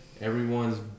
everyone's